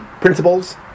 Principles